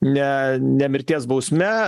ne ne mirties bausme